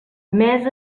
mes